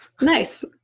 Nice